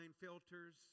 filters